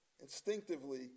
Instinctively